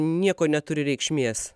nieko neturi reikšmės